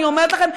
אני אומרת לכם,